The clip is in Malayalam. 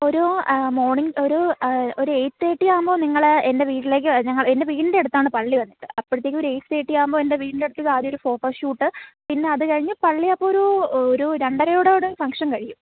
ഒരു മോർണിങ്ങ് ഒരു ഒരു എയ്റ്റ് തേർട്ടി ആവുമ്പോൾ നിങ്ങൾ എന്റെ വീട്ടിലേക്ക് വാ ഞങ്ങൾ എന്റെ വീടിൻറെ അടുത്താണ് പള്ളി വന്നിട്ട് അപ്പോഴേക്കും ഒരു എയ്റ്റ് തേർട്ടി ആവുമ്പോൾ എന്റെ വീടിൻറെ അടുത്ത് ആദ്യം ഒരു ഫോട്ടോഷൂട്ട് പിന്നെ അത് കഴിഞ്ഞ് പള്ളി അപ്പം ഒരു ഒരു രണ്ടരയോടുകൂടി ഫംഗ്ഷൻ കഴിയും